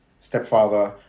stepfather